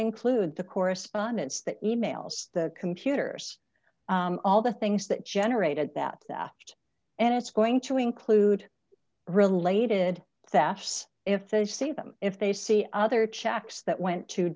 include the correspondence that emails the computers all the things that generated that and it's going to include related that if they see them if they see other checks that went to